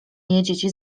jedziecie